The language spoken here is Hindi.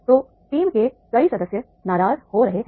तो टीम के कई सदस्य नाराज हो रहे हैं